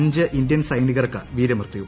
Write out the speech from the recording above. അഞ്ച് ഇന്ത്യൻ സൈനികർക്ക് വീരമൃത്യു